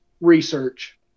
research